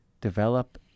develop